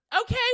okay